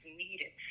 needed